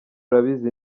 urabizi